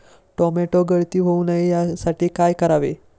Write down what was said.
Tomato गळती होऊ नये यासाठी काय करावे?